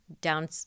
down